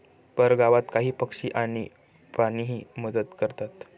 परगावात काही पक्षी आणि प्राणीही मदत करतात